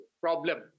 problem